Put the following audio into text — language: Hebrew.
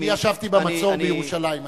אני ישבתי במצור בירושלים,